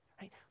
Right